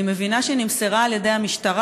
אני מבינה שהיא נמסרה על ידי המשטרה,